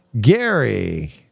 Gary